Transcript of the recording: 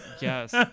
yes